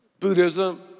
Buddhism